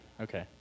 Okay